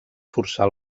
forçar